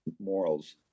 morals